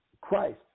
Christ